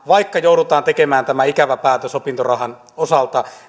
vaikka joudutaan tekemään tämä ikävä päätös opintorahan osalta